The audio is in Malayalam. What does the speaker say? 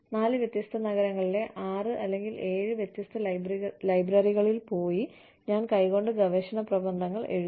4 വ്യത്യസ്ത നഗരങ്ങളിലെ 6 അല്ലെങ്കിൽ 7 വ്യത്യസ്ത ലൈബ്രറികളിൽ പോയി ഞാൻ കൈകൊണ്ട് ഗവേഷണ പ്രബന്ധങ്ങൾ എഴുതി